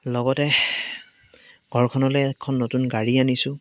লগতে ঘৰখনলৈ এখন নতুন গাড়ী আনিছোঁ